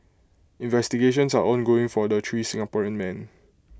investigations are ongoing for the three Singaporean men